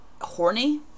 horny